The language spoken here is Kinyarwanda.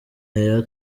yaya